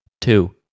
Two